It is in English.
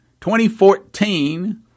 2014